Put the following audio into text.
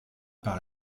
par